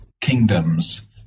kingdoms